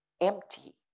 empty